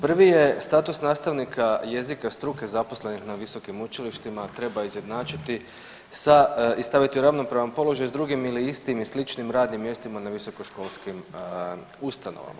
Prvi je status nastavnika jezika struke zaposlenih na visokim učilištima, treba izjednačiti sa i staviti u ravnopravan položaj s drugim ili istim i sličnim radnim mjestima na visokoškolskim ustanovama.